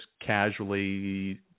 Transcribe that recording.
casually